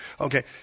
Okay